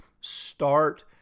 start